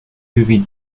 movie